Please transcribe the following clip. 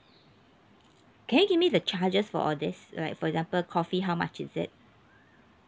can you give me the charges for all this like for example coffee how much is it